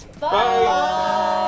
Bye